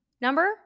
number